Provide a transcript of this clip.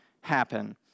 happen